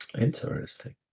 Interesting